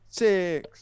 six